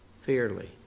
fairly